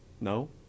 no